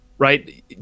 Right